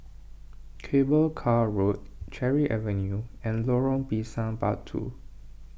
Cable Car Road Cherry Avenue and Lorong Pisang Batu